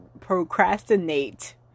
procrastinate